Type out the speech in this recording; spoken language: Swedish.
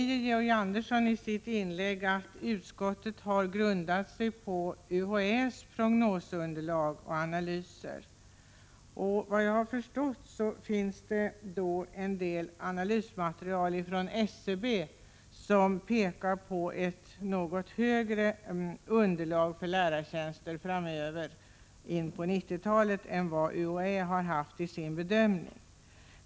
Georg Andersson sade i sitt inlägg att utskottet grundat sig på UHÄ:s prognosunderlag och analyser, men efter vad jag förstått pekar en del analysmaterial från SCB på ett något större underlag för lärartjänster in på 1990-talet än det UHÄ kommit fram till i sin bedömning.